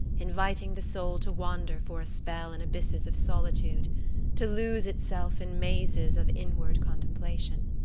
inviting the soul to wander for a spell in abysses of solitude to lose itself in mazes of inward contemplation.